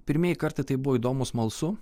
pirmieji kartai tai buvo įdomu smalsu